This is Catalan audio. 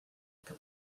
que